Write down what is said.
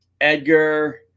Edgar